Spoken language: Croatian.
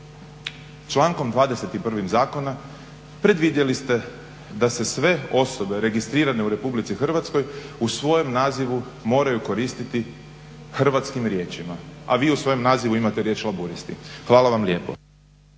člankom 21. zakona predvidjeli ste da se sve osobe registrirane u Republici Hrvatskoj u svojem nazivu moraju koristiti hrvatskim riječima, a vi u svojem nazivu imate riječ laburisti. Hvala vam lijepo.